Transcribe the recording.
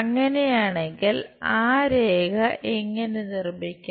അങ്ങനെയാണെങ്കിൽ ആ രേഖ എങ്ങനെ നിർമ്മിക്കാം